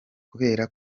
kubera